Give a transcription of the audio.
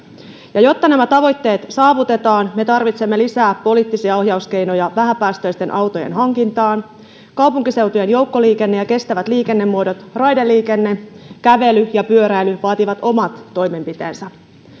ja jotta nämä tavoitteet saavutetaan me tarvitsemme lisää poliittisia ohjauskeinoja vähäpäästöisten autojen hankintaan ja kaupunkiseutujen joukkoliikenne ja kestävät liikennemuodot raideliikenne kävely ja pyöräily vaativat omat toimenpiteensä